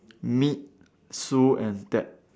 meet Sue and Ted